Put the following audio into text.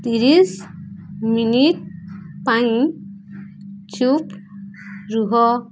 ତିରିଶି ମିନିଟ୍ ପାଇଁ ଚୁପ୍ ରୁହ